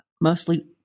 mostly